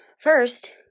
First